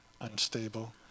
unstable